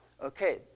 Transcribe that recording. Okay